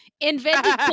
invented